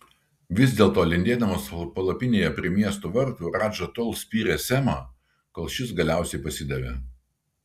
vis dėlto lindėdamas palapinėje prie miesto vartų radža tol spyrė semą kol šis galiausiai pasidavė